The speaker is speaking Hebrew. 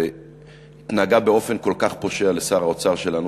זה נגע באופן כל כך פושע לשר האוצר שלנו,